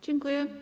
Dziękuję.